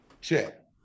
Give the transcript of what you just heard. check